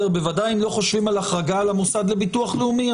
בוודאי הם לא חושבים על החרגה על המוסד לביטוח לאומי.